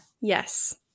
Yes